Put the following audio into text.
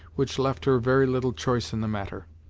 which left her very little choice in the matter.